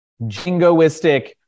jingoistic